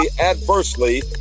adversely